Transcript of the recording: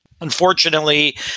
Unfortunately